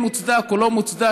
כן מוצדק או לא מוצדק,